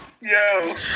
Yo